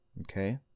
okay